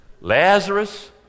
Lazarus